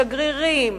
שגרירים,